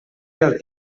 del